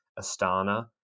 Astana